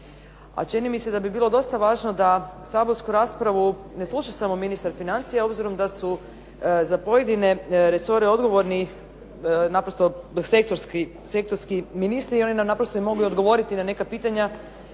a čini mi se da bi bilo dosta važno da saborsku raspravu ne sluša samo ministar financija obzirom da su za pojedine resore odgovorni naprosto sektorski ministri i oni nam naprosto mogu i odgovoriti na neka pitanja